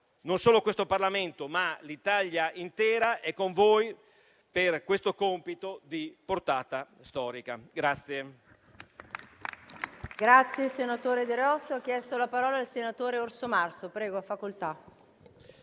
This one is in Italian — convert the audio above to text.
Non solo questo Parlamento, ma l'Italia intera è con voi per questo compito di portata storica.